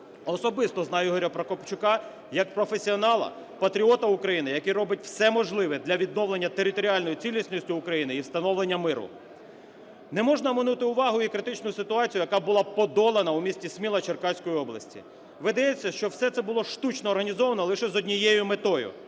особисто знаю Ігоря Прокопчука як професіонала, патріота України, який робить все можливе для відновлення територіальної цілісності України і встановлення миру. Не можна оминути увагою і критичну ситуацію, яка була подолана у місті Сміла Черкаської області. Видається, що все це було штучно організовано лише з однією метою